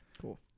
Cool